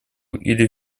или